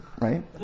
right